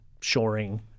shoring